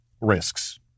risks